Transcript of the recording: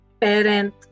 parent